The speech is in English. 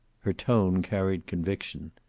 her tone carried conviction.